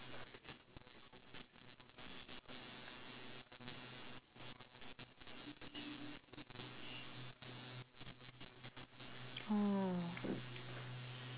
oh